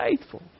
faithful